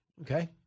okay